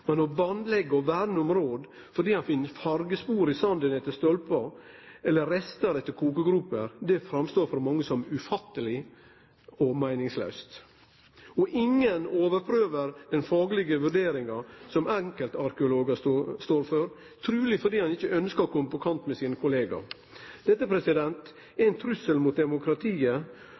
men å bandleggje og verne område fordi ein finn fargespor i sanden etter stolpar eller restar etter kokegroper, er for mange ufatteleg og meiningslaust. Og ingen overprøver den faglege vurderinga som enkeltarkeologar står for, truleg fordi ein ikkje ønskjer å komme på kant med sine kollegaer. Dette er ein trussel mot demokratiet.